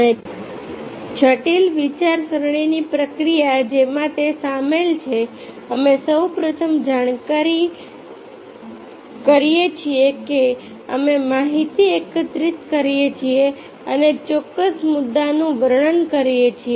અને જટિલ વિચારસરણીની પ્રક્રિયા જેમાં તે સામેલ છે અમે સૌ પ્રથમ જાણ કરીએ છીએ કે અમે માહિતી એકત્રિત કરીએ છીએ અને ચોક્કસ મુદ્દાનું વર્ણન કરીએ છીએ